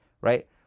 right